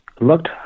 looked